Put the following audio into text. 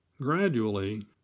Gradually